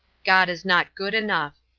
god is not good enough.